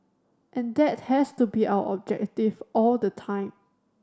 and that has to be our objective all the time